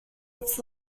its